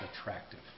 attractive